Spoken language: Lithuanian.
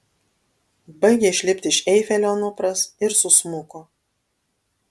baigė išlipti iš eifelio anupras ir susmuko